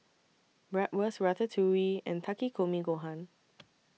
Bratwurst Ratatouille and Takikomi Gohan